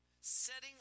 setting